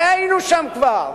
הרי היינו שם כבר,